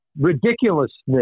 ridiculousness